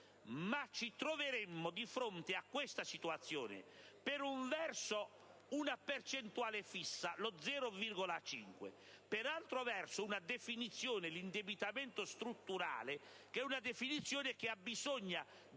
Ma ci troveremmo di fronte alla seguente situazione: per un verso, una percentuale fissa, lo 0,5; per altro verso, una definizione, l'indebitamento strutturale, che ha bisogno di